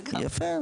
יפה.